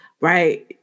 Right